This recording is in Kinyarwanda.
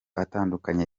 atandukanye